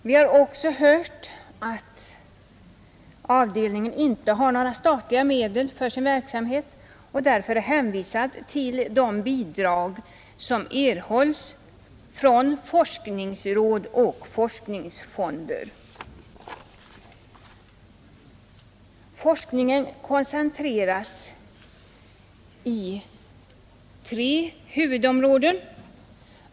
Vi har också hört att avdelningen inte har några statliga medel för sin verksamhet och därför är hänvisad till de bidrag som erhålls från forskningsråd och forskningsfonder. Forskningen koncentreras till tre huvudområden.